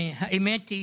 האמת היא